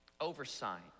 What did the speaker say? Oversight